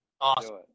Awesome